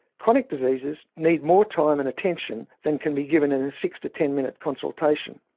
chronic diseases need more time and attention than can be given in a six to ten minute consultation.